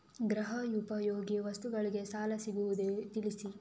ಗೃಹ ಉಪಯೋಗಿ ವಸ್ತುಗಳಿಗೆ ಸಾಲ ಸಿಗುವುದೇ ತಿಳಿಸಿ?